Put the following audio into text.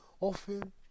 often